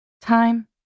Time